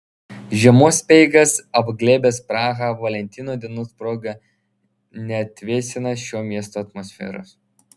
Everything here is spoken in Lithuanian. žiemos speigas apglėbęs prahą valentino dienos proga neatvėsina šio miesto atmosferos